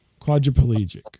quadriplegic